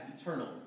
eternal